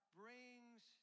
brings